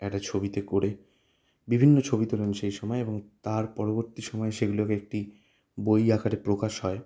একটা ছবিতে করে বিভিন্ন ছবি তোলেন সেই সময় এবং তার পরবর্তী সময় সেগুলোকে একটি বই আকারে প্রকাশ হয়